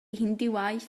hindŵaeth